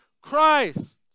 Christ